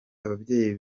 ababyeyi